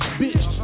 bitch